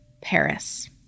Paris